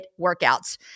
workouts